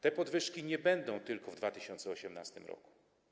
Te podwyżki nie będą tylko w 2018 r.